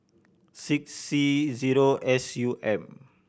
six C zero S U M